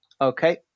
okay